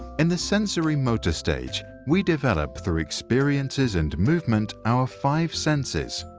in the sensori-motor stage, we develop through experiences and movement our five senses.